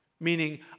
Meaning